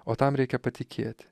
o tam reikia patikėt